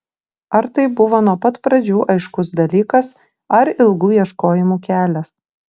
ar tai buvo nuo pat pradžių aiškus dalykas ar ilgų ieškojimų kelias